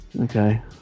Okay